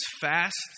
fast